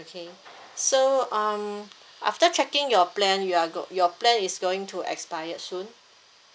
okay so um after checking your plan you are go~ your plan is going to expire soon